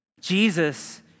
Jesus